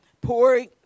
Pouring